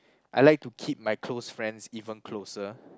I like to keep my close friends even closer